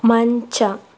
ಮಂಚ